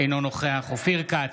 אינו נוכח אופיר כץ,